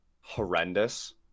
horrendous